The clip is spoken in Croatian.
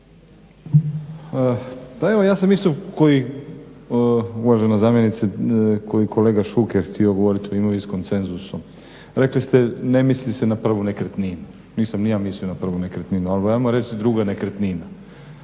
Pa evo ja sam isto kao, uvažena zamjenice, kao i kolega Šuker htio govoriti o imovinskom cenzusu. Rekli ste ne misli se na prvu nekretninu. Nisam ni ja mislio na prvu nekretninu, ali ajmo reći druga nekretnina